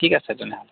ঠিক আছে তেনেহ'লে